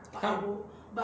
ha